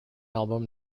album